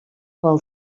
pel